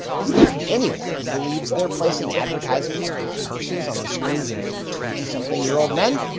is there anyone who believes they're placing advertisements for purses on the screens of twenty something year old men?